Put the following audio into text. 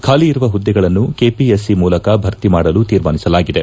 ಖಾಲಿ ಇರುವ ಹುದ್ದೆಗಳನ್ನು ಕೆಪಿಎಸ್ಸಿ ಮೂಲಕ ಭರ್ತಿ ಮಾಡಲು ತೀರ್ಮಾನಿಸಲಾಗಿದೆ